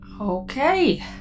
Okay